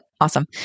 Awesome